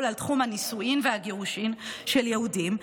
על תחום הנישואין והגירושין של יהודים,